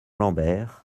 lambert